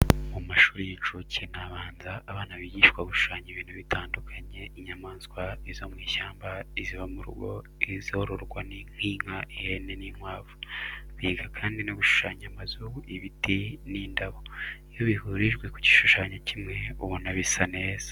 Mu mashuri y'incuke n'abanza abana bigishwa gushushanya ibintu bitandukanye, inyamaswa, izo mu ishyamba, iziba mu rugo, n'izororwa nk'inka, ihene n'inkwavu, biga kandi no gushushanya amazu, ibiti n'indabo. Iyo bihurijwe ku gishushanyo kimwe ubona bisa neza.